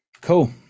Cool